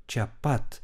čia pat